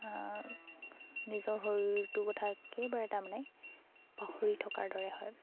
নিজৰ শৰীৰটোৰ কথা কেইবাৰে তাৰমানে পাহৰি থকাৰ দৰে হয়